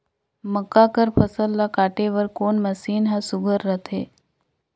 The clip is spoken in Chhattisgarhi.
मक्का कर फसल ला काटे बर कोन मशीन ह सुघ्घर रथे?